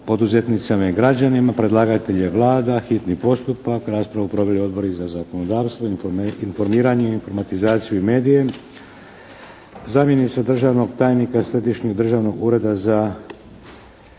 čitanje, P.Z. br. 616. Predlagatelj je Vlada, hitni postupak. Raspravu proveli Odbori za zakonodavstvo, informiranje, informatizaciju i medije. Zamjenica državnog tajnika Središnjeg državnog ureda za